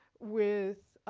with,